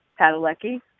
padalecki